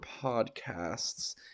podcasts